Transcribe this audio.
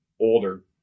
older